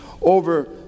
over